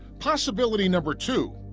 possibility number two,